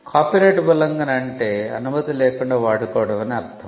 copyright ఉల్లంఘన అంటే అనుమతి లేకుండా వాడుకోవడం అని అర్ధం